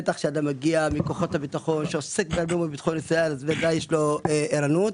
בטח כשאתה מגיע מכוחות הביטחון ועוסק בביטחון ישראל יש לך ערנות.